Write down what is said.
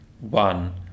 One